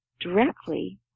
directly